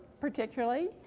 particularly